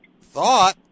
thought